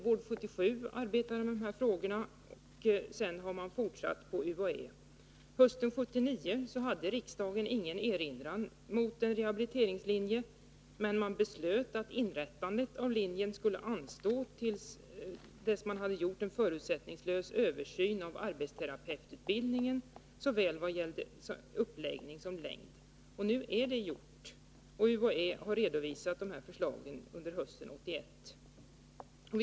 Vård 77 arbetade med dessa frågor, och man har fortsatt att arbeta med dem på UHÄ. Hösten 1979 hade riksdagen ingen erinran mot en rehabiliteringslinje, men man beslöt att inrättandet av linjen skulle anstå till dess att man hade gjort en förutsättningslös översyn av arbetsterapeututbildningen, såväl vad gällde uppläggning som längd. Nu är det gjort, och UHÄ har redovisat dessa förslag under hösten 1981.